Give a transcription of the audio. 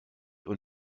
und